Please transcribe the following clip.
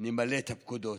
נמלא את הפקודות.